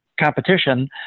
competition